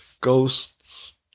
ghosts